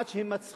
עד שהם מצחיקים,